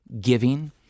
giving